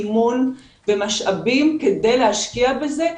אימון ומשאבים כדי להשקיע בזה,